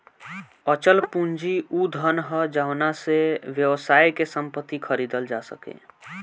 अचल पूंजी उ धन ह जावना से व्यवसाय के संपत्ति खरीदल जा सके